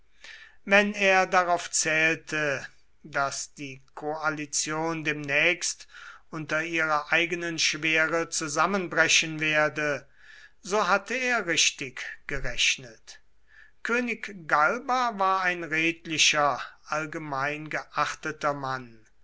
wenn er darauf zählte daß die koalition demnächst unter ihrer eigenen schwere zusammenbrechen werde so hatte er richtig gerechnet könig galba war ein redlicher allgemein geachteter mann